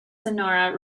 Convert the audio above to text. sonora